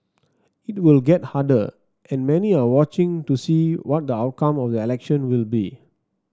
it will get harder and many are watching to see what the outcome of the election will be